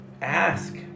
ask